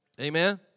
Amen